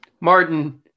Martin